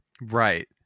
Right